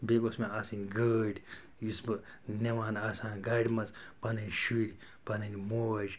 بیٚیہِ گوٚژھ مےٚ آسٕنۍ گٲڑۍ یُس بہٕ نِوان آسان گاڑِ منٛز پَنٕنۍ شُرۍ پَنٕنۍ موج